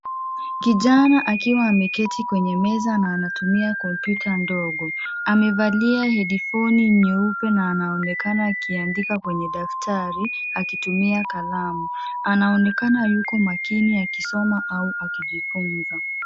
Kijana akiwa ameketi kwenye meza na anatumia komputa ndogo. Amevalia hediphoni nyeupe na anaonekana akiandika kwenye daftari, akitumia kalamu, anaonekana yuko makini akisoma au akijifunza.